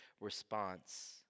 response